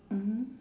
mmhmm